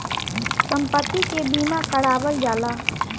सम्पति के बीमा करावल जाला